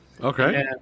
Okay